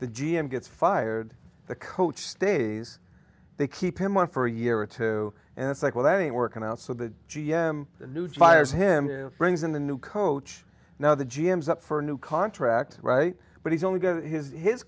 the g m gets fired the coach stays they keep him on for a year or two and it's like well that ain't working out so the g m new tires him brings in the new coach now the g m is up for a new contract right but he's only got his his